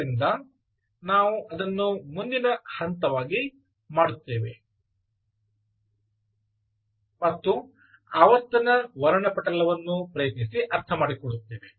ಆದ್ದರಿಂದ ನಾವು ಅದನ್ನು ಮುಂದಿನ ಹಂತವಾಗಿ ಮಾಡುತ್ತೇವೆ ಮತ್ತು ಆವರ್ತನ ವರ್ಣಪಟಲವನ್ನು ಪ್ರಯತ್ನಿಸಿ ಅರ್ಥಮಾಡಿಕೊಳ್ಳುತ್ತೇವೆ